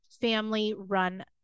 family-run